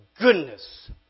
goodness